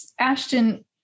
Ashton